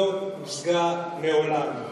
לא הושגה מעולם.